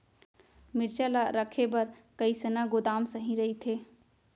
मिरचा ला रखे बर कईसना गोदाम सही रइथे?